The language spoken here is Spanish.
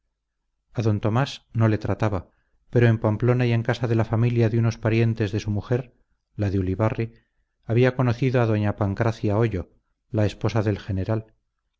d tomás no le trataba pero en pamplona y en casa de la familia de unos parientes de su mujer la de ulibarri había conocido a doña pancracia ollo la esposa del general y a